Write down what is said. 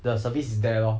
the service is there lor